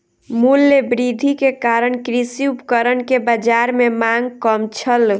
मूल्य वृद्धि के कारण कृषि उपकरण के बाजार में मांग कम छल